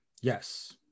Yes